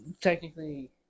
technically